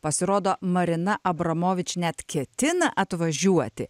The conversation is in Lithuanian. pasirodo marina abramovič net ketina atvažiuoti